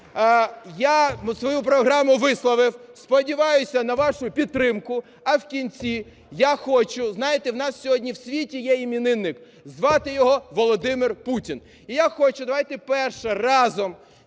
я свою програму висловив, сподіваюся на вашу підтримку. А в кінці я хочу... Знаєте, в нас сьогодні у світі є іменинник, звати його Володимир Путін. І я хочу, давайте вперше разом